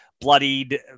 bloodied